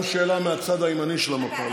שאלה גם מהצד הימני של המפה.